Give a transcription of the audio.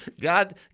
God